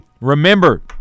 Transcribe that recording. remember